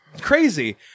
crazy